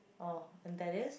oh and that is